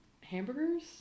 hamburgers